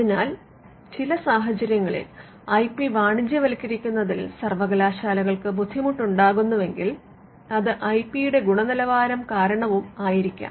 അതിനാൽ ചില സാഹചര്യങ്ങളിൽ ഐ പി വാണിജ്യവത്ക്കരിക്കുന്നതിൽ സർവകലാശാലകൾക്ക് ബുദ്ധിമുട്ട് ഉണ്ടാകുന്നെങ്കിൽ അത് ഐ പി യുടെ ഗുണനിലവാരം കാരണവും ആയിരിക്കാം